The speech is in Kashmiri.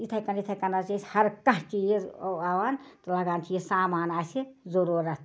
یِتھٕے کٔنۍ یِتھٕے کٔنۍ حظ چھِ أسۍ ہر کانٛہہ چیٖز وَوان تہٕ لگان چھِ یہِ سامان اَسہِ ضٔروٗرَتھ